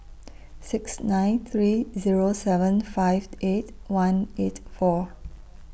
six nine three Zero seven five eight one eight four